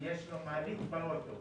שיש לו מעלית באוטו.